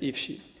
i wsi.